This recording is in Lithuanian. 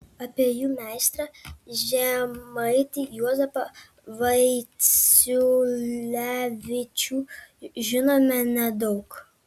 apie jų meistrą žemaitį juozapą vaiciulevičių žinome nedaug